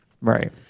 Right